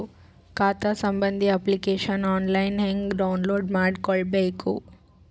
ಖಾತಾ ಸಂಬಂಧಿ application online ಹೆಂಗ್ ಡೌನ್ಲೋಡ್ ಮಾಡಿಕೊಳ್ಳಬೇಕು?